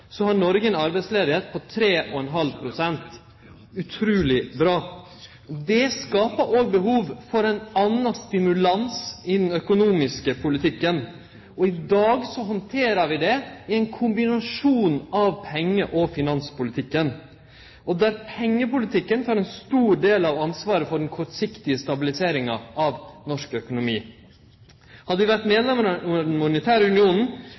har Noreg ei arbeidsløyse på 3,5 pst. – utruleg bra. Det skapar òg behov for ein annan stimulans i den økonomiske politikken. I dag handterer vi det i ein kombinasjon av penge- og finanspolitikken, der pengepolitikken tek ein stor del av ansvaret for den kortsiktige stabiliseringa av norsk økonomi. Hadde vi vore medlem av den monetære unionen,